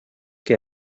que